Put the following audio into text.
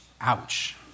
Ouch